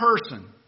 person